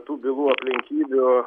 tų bylų aplinkybių